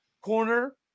corner